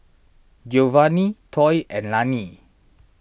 Geovanni Toy and Lannie